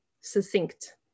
succinct